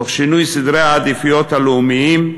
תוך שינוי סדרי העדיפויות הלאומיים,